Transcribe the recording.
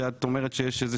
שאת אומרת שיש איזה